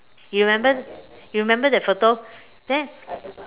you remember you remember that photo then